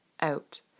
out